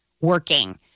working